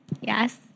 Yes